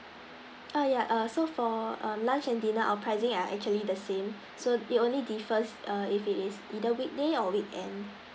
err yup err so for err lunch and dinner our pricing are actually the same so the only differs err if it is either weekday or weekend